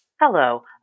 Hello